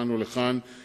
מועצה מקומית פקיעין.